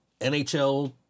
NHL